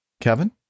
Kevin